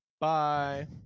Bye